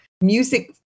Music